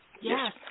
Yes